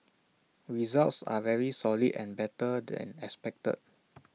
results are very solid and better than expected